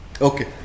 Okay